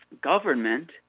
government